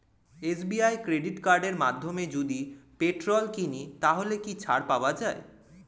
SBI credit কার্ডের মাধ্যমে যদি পেট্রোল কিনি তাহলে কি ছাড় পাওয়া যায়?